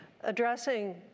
Addressing